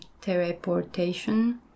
teleportation